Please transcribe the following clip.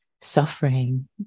suffering